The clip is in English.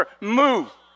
Move